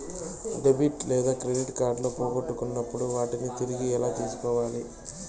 debit లేదా credit కార్డులు పోగొట్టుకున్నప్పుడు వాటిని తిరిగి ఎలా తీసుకోవాలి